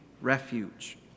refuge